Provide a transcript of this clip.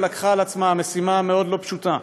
לקחה על עצמה משימה מאוד לא פשוטה,